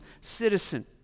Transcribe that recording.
citizen